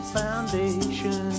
Foundation